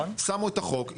שמו את החוק,